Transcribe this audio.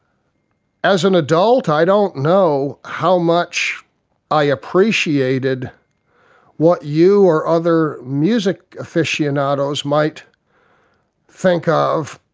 as an adult i don't know how much i appreciated what you or other music aficionados might think of,